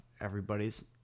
everybody's